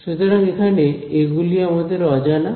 সুতরাং এখন এগুলি আমাদের অজানা